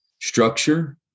structure